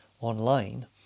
online